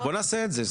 בוא נעשה את זה.